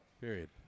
Period